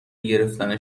گرفتن